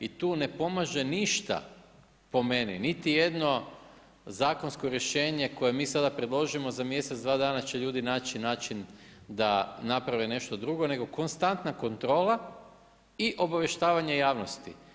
I tu ne pomaže ništa po meni, niti jedno zakonsko rješenje koje mi sada predložimo, za mjesec, dva dana će ljudi naći način da naprave nešto drugo nego konstantna kontrola i obavještavanje javnosti.